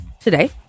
Today